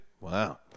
Wow